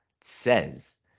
says